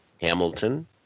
Hamilton